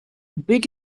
big